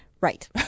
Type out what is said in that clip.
Right